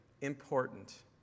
important